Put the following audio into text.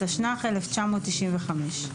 התשנ"ה-1995.